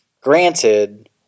granted